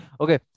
okay